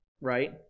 right